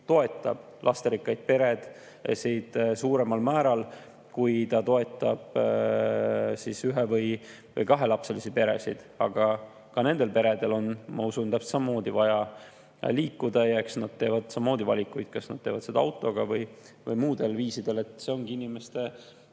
toetab lasterikkaid peresid suuremal määral, kui ta toetab ühe‑ või kahelapselisi peresid. Aga ka nendel peredel on, ma usun, täpselt samamoodi vaja liikuda. Eks nad teevad samamoodi valikuid, kas nad [liiguvad] autoga või kasutavad muid viise. See ongi inimese